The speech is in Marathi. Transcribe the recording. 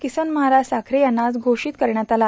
किसन महाराज साखरे यांना आज पोषित करण्यात आला